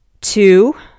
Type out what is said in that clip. Two